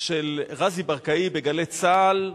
של רזי ברקאי ב"גלי צה"ל",